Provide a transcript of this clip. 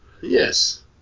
Yes